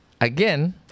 again